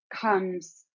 comes